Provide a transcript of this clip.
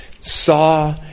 saw